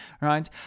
right